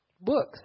Books